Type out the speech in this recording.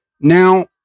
Now